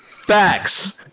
Facts